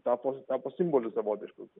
tapo tapo simboliu savtišku